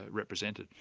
represented.